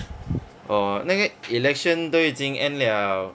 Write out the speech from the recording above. orh 那个 election 都已经 end liao